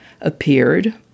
appeared